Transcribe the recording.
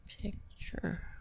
Picture